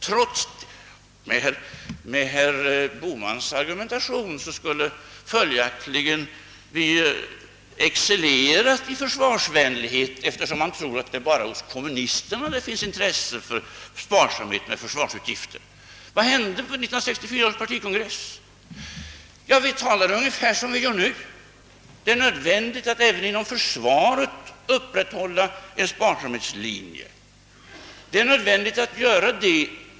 Enligt herr Bohmans argumentering skulle vi då följaktligen ha .excellerat i försvarsvänlighet, eftersom herr Bohman tror att det bara är kommunisterna som har intresse för sparsamhet med försvarsutgifter. Vad hände på 1964 års partikongress? Vi talade då ungefär som vi gör nu; det är nödvändigt att även inom försvaret upprätthålla en sparsamhetslinje.